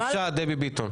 בבקשה, דבי ביטון.